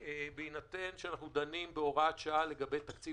בהינתן שאנחנו דנים בהוראת שעה לגבי תקציב